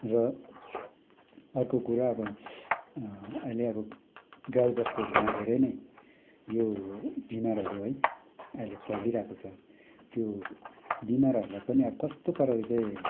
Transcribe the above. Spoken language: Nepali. र अर्को कुरा अब अहिले अब गाई बस्तुहरूमा धेरै नै यो बिमारहरू है अहिले फैलिरहेको छ त्यो बिमारहरूलाई पनि अब कस्तो पाराले चाहिँ